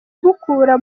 mukura